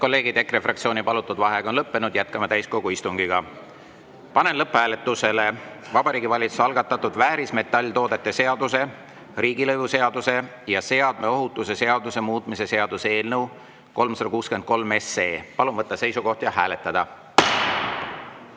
kolleegid, EKRE fraktsiooni palutud vaheaeg on lõppenud, jätkame täiskogu istungit. Panen lõpphääletusele Vabariigi Valitsuse algatatud väärismetalltoodete seaduse, riigilõivuseaduse ja seadme ohutuse seaduse muutmise seaduse eelnõu 363. Palun võtta seisukoht ja hääletada!